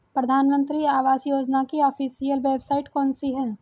प्रधानमंत्री आवास योजना की ऑफिशियल वेबसाइट कौन सी है?